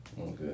Okay